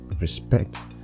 respect